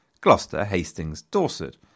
Gloucester-Hastings-Dorset